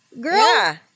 Girl